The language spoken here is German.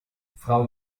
frau